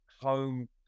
home